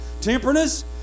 temperance